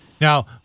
now